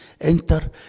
enter